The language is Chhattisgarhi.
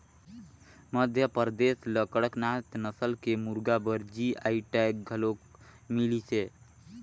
मध्यपरदेस ल कड़कनाथ नसल के मुरगा बर जी.आई टैग घलोक मिलिसे